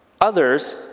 Others